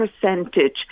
percentage